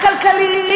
הכלכליים,